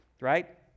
right